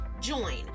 join